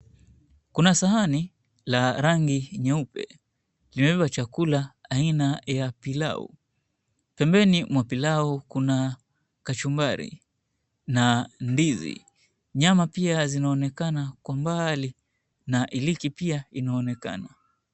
Kuna sahani la rangi nyeupe imebeba chakula cha aina ya pilau, pembeni mwa pilau kuna kachumbari na ndizi, nyama pia zinaonekana kwa mbali na iliki pia inaonekana.